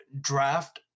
draft